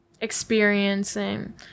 experiencing